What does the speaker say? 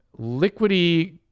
Liquidy